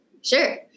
Sure